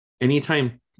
anytime